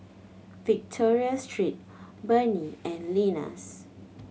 Victoria Secret Burnie and Lenas